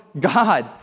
God